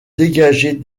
dégager